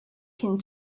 can